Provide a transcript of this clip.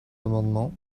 amendement